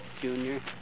Junior